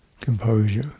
composure